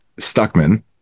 Stuckman